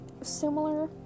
similar